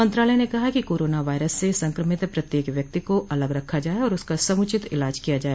मंत्रालय ने कहा है कि कोरोना वायरस से संक्रमित प्रत्येक व्यक्ति को अलग रखा जाए और उसका समुचित इलाज किया जाए